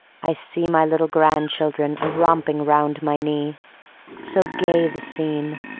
i see my little grandchildren a-romping round my knee so gay the scene,